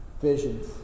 visions